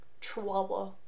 Chihuahua